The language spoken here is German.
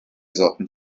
sorten